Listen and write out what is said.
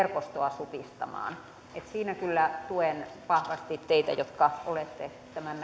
supistamaan siinä kyllä tuen vahvasti teitä jotka olette tämän